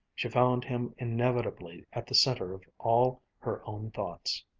she found him inevitably at the center of all her own thoughts.